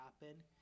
happen